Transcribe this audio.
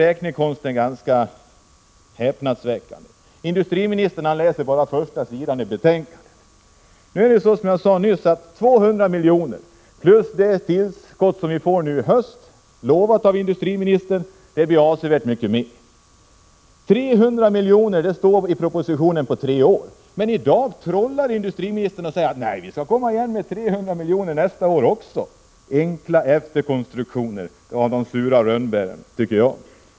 Räknekonsten är ganska häpnadsväckande. Industriministern läser bara första sidan i betänkandet. 200 miljoner plus det tillskott som industriministern har lovat kommer till hösten blir avsevärt mycket mer. I propositionen föreslås 300 miljoner under tre år, men i dag trollar industriministern och säger att regeringen skall komma igen med 300 miljoner även nästa år. Det är enkla efterkonstruktioner — det är de sura rönnbären.